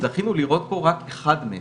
זכינו לראות פה רק אחד מהם,